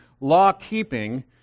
law-keeping